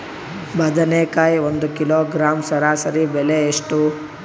ಬದನೆಕಾಯಿ ಒಂದು ಕಿಲೋಗ್ರಾಂ ಸರಾಸರಿ ಬೆಲೆ ಎಷ್ಟು?